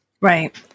Right